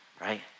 Right